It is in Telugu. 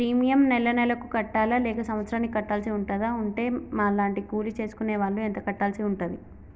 ప్రీమియం నెల నెలకు కట్టాలా లేక సంవత్సరానికి కట్టాల్సి ఉంటదా? ఉంటే మా లాంటి కూలి చేసుకునే వాళ్లు ఎంత కట్టాల్సి ఉంటది?